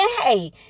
hey